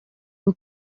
who